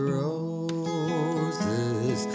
roses